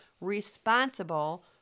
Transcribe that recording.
responsible